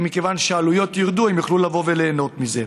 שמכיוון שהעלויות ירדו הם יוכלו לבוא וליהנות מזה.